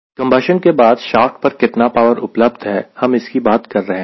combustion के बाद shaft पर कितना पावर उपलब्ध है हम इसकी बात कर रहे हैं